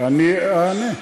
אני אענה.